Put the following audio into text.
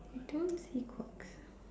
I don't see quirks